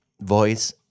voice